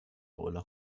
ulla